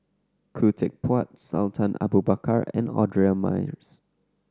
Khoo Teck Puat Sultan Abu Bakar and Audra Morrice